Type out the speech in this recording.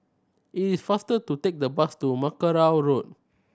it is faster to take the bus to Mackerrow Road